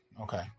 Okay